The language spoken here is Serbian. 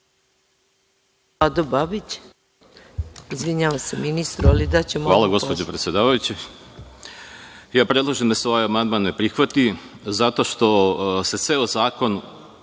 Hvala, gospođo predsedavajuća. Ja predlažem da se ovaj amandman ne prihvati zato što ceo zakon,